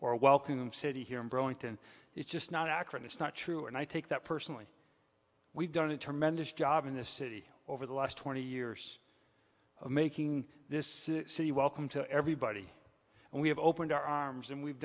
or a welcome city here in burlington it's just not accurate it's not true and i take that personally we've done a tremendous job in this city over the last twenty years of making this city welcome to everybody and we have opened our arms and we've